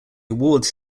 awards